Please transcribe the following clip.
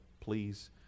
Please